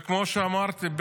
וכמו שאמרתי,